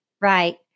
Right